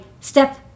step